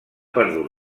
perdut